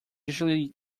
usually